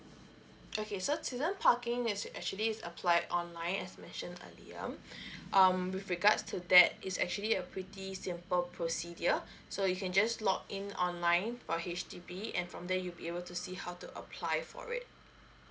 okay so to the parking there is actually just apply online as mentioned earlier uh with regards to that is actually a pretty simple procedure so you can just log in online via H_D_B and from there you'll be able to see how to apply for it